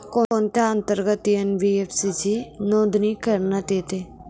कोणत्या अंतर्गत एन.बी.एफ.सी ची नोंदणी करण्यात येते?